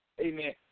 amen